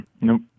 Nope